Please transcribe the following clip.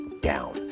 down